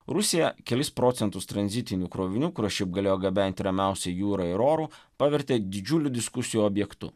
rusija kelis procentus tranzitinių krovinių kuriuos šiaip galėjo gabenti ramiausiai jūra ir oru pavertė didžiuliu diskusijų objektu